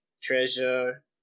Treasure